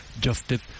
justice